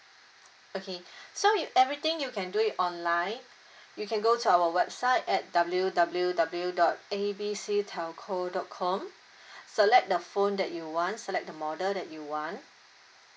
okay so you everything you can do it online you can go to our website at W W W dot A B C telco dot com select the phone that you want select the model that you want